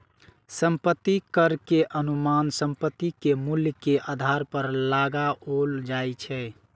संपत्ति कर के अनुमान संपत्ति के मूल्य के आधार पर लगाओल जाइ छै